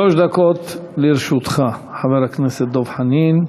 שלוש דקות לרשותך, חבר הכנסת דב חנין.